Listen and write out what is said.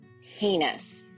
heinous